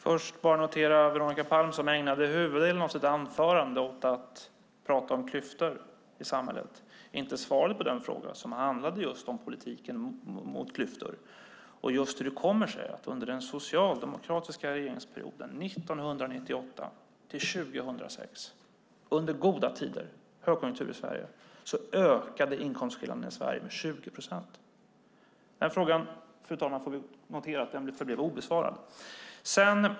Fru talman! Först vill jag bara notera att Veronica Palm, som ägnade huvuddelen av sitt anförande åt att tala om klyftor i samhället, inte svarade på den fråga som handlade om politiken mot klyftor och hur det kommer sig att under den socialdemokratiska regeringsperioden 1998-2006 med goda tider och högkonjunktur i Sverige inkomstskillnaderna ökade med 20 procent. Vi får notera, fru talman, att den frågan förblev obesvarad.